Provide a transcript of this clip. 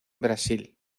brasil